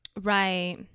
Right